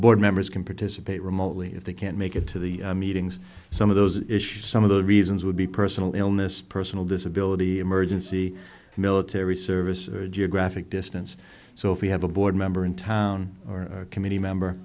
board members can participate remotely if they can't make it to the meetings some of those issues some of the reasons would be personal illness personal disability emergency military service or geographic distance so if we have a board member in town or committee member